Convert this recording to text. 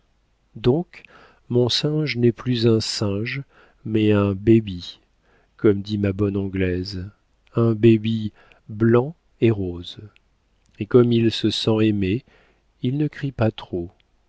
donc mon singe n'est plus un singe mais un baby comme dit ma bonne anglaise un baby blanc et rose et comme il se sent aimé il ne crie pas trop